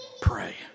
pray